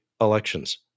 elections